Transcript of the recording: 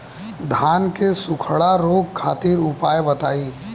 धान के सुखड़ा रोग खातिर उपाय बताई?